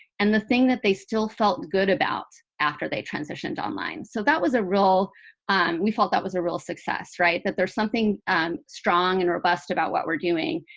and the thing that they still felt good about after they transitioned online. so that was a real we felt that was a real success, that there's something strong and robust about what we're doing,